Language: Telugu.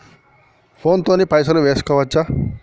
ఫోన్ తోని పైసలు వేసుకోవచ్చా?